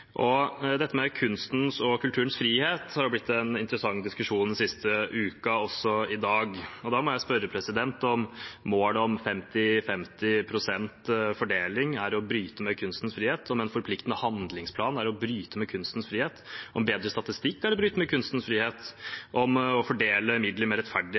diskuterer. Dette med kunstens og kulturens frihet har blitt en interessant diskusjon den siste uken – også i dag. Da må jeg spørre om målet om en femti-femti-fordeling er å bryte med kunstens frihet, om en forpliktende handlingsplan er å bryte med kunstens frihet, om bedre statistikk er å bryte med kunstens frihet, om å fordele midler mer rettferdig er å bryte med